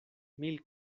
mil